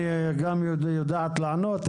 היא גם יודעת לענות.